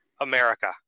America